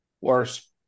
Worse